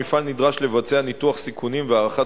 המפעל נדרש לבצע ניתוח סיכונים והערכת